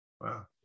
Wow